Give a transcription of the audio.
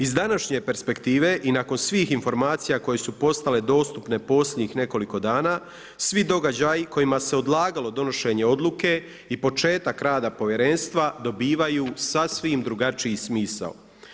Iz današnje perspektive i nakon svih informacije koje su postale dostupne posljednjih nekoliko dana, svi događaji kojima se odlagalo donošenje odluke i početak rada povjerenstva dobivaju sasvim drugačiji smisao.